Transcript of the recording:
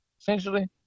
essentially